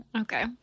Okay